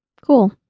Cool